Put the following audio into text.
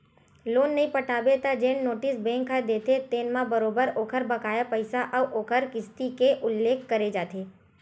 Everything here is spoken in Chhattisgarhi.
लोन नइ पटाबे त जेन नोटिस बेंक ह देथे तेन म बरोबर ओखर बकाया पइसा अउ ओखर किस्ती के उल्लेख करे जाथे